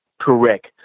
correct